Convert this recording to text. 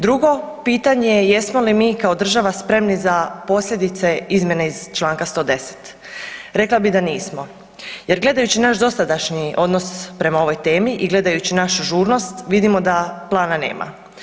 Drugo pitanje je jesmo li mi kao država spremni za posljedice izmjene iz Članka 110., rekla bi da nismo jer gledajući naš dosadašnji odnos prema ovoj temi i gledajući našu ažurnost vidimo da plana nema.